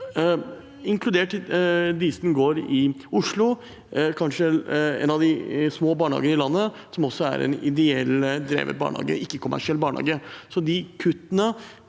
inkludert Disen Gård i Oslo, en av de små barnehagene i landet som også er en ideelt drevet barnehage,